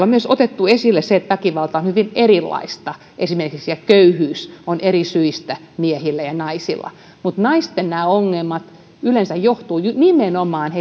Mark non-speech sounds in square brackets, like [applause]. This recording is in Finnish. [unintelligible] on myös otettu esille se että esimerkiksi väkivalta on hyvin erilaista ja köyhyyttä on eri syistä miehillä ja naisilla mutta naisten nämä ongelmat yleensä johtuvat nimenomaan [unintelligible]